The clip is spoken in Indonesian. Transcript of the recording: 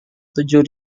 tujuh